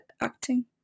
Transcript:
acting